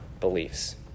beliefs